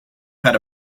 had